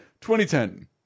2010